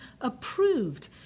approved